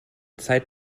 zeit